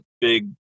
big